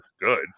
good